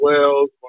Wells